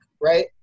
right